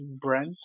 Brent